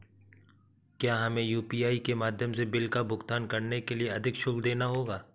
क्या हमें यू.पी.आई के माध्यम से बिल का भुगतान करने के लिए अधिक शुल्क देना होगा?